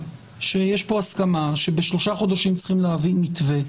שיש פה הסכמה שבשלושה חודשים צריכים להביא מתווה.